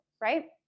right